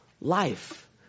Life